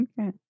Okay